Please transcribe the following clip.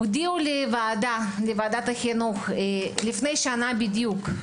הודיעו לוועדת החינוך לפני שנה בדיוק,